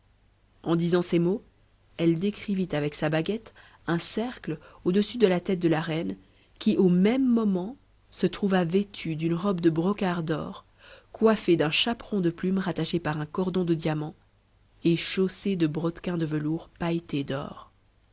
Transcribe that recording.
en disant ces mots elle décrivit avec sa baguette un cercle au-dessus de la tête de la reine qui au même moment se trouva vêtue d'une robe de brocart d'or coiffée d'un chaperon de plumes rattachées par un cordon de diamants et chaussée de brodequins de velours pailletés d'or